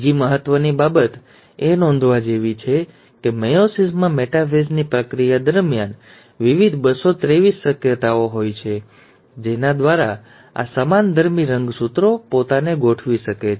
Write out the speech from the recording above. બીજી મહત્ત્વની બાબત એ નોંધવા જેવી છે કે મેયોસિસમાં મેટાફેઝની પ્રક્રિયા દરમિયાન વિવિધ 223 શક્યતાઓ હોય છે જેના દ્વારા આ સમાનધર્મી રંગસૂત્રો પોતાને ગોઠવી શકે છે